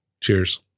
Cheers